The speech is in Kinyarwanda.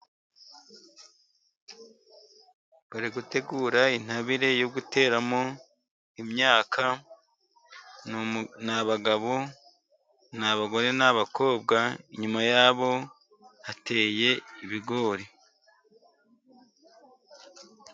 Bari gutegura intabire yo guteramo imyaka, ni abagabo ni abagore n'abakobwa, inyuma yabo hateye ibigori.